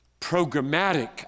programmatic